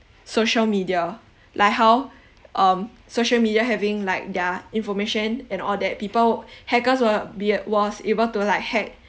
social media like how um social media having like their information and all that people hackers will be was able to like hack